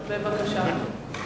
בבקשה.